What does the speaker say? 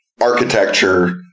architecture